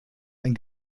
ein